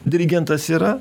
dirigentas yra